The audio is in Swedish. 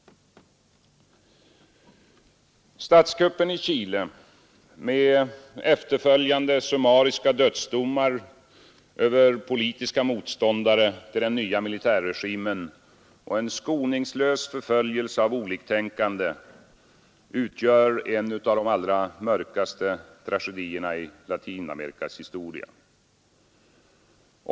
Statskuppen i Chile med efterföljande summariska dödsdomar över politiska motståndare till den nya militärregimen och en skoningslös förföljelse av oliktänkande utgör en av de allra mörkaste tragedierna i Latinamerikas historia.